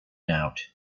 out